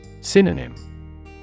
Synonym